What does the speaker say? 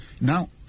Now